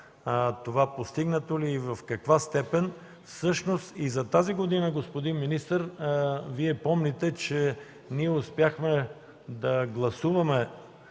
това постигнато ли е и в каква степен. Всъщност и за тази година, господин министър, Вие помните, че успяхме да гласуваме